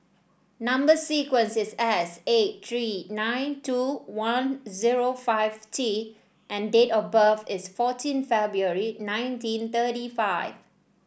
number sequence is S eight three nine two one zero five T and date of birth is fourteen February nineteen thirty five